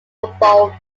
humboldt